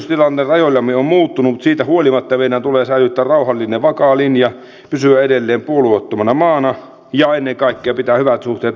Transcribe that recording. turvallisuustilanne rajoillamme on muuttunut mutta siitä huolimatta meidän tulee säilyttää rauhallinen vakaa linja pysyä edelleen puolueettomana maana ja ennen kaikkea pitää hyvät suhteet naapureihimme